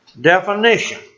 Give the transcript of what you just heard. Definition